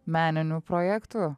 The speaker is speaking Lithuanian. meninių projektų